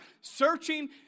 searching